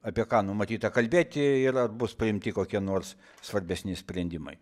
apie ką numatyta kalbėti ir bus priimti kokie nors svarbesni sprendimai